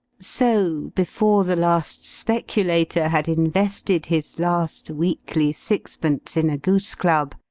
so before the last speculator had invested his last weekly sixpence in a goose-club,